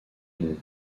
mont